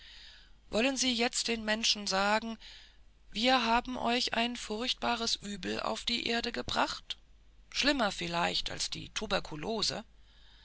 wollen sie jetzt den menschen sagen wir haben euch ein furchtbares übel auf die erde gebracht schlimmer vielleicht als die